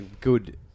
good